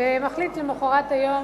ומחליט למחרת היום,